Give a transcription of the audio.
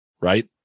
right